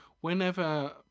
whenever